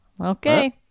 okay